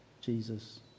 Jesus